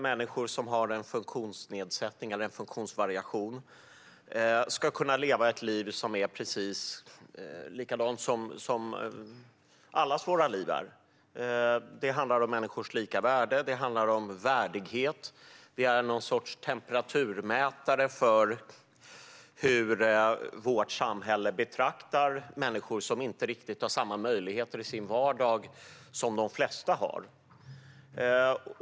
Människor som har en funktionsnedsättning eller funktionsvariation ska kunna leva ett liv som är precis likadant som allas våra liv. Det handlar om människors lika värde och om värdighet. Det är en sorts temperaturmätare för hur vårt samhälle betraktar människor som inte riktigt har samma möjligheter i sin vardag som de flesta har.